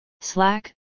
Slack